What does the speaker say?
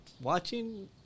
watching